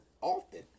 often